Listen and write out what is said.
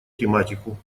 тематику